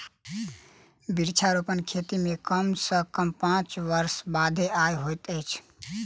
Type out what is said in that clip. वृक्षारोपण खेती मे कम सॅ कम पांच वर्ष बादे आय होइत अछि